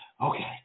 okay